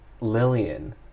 Lillian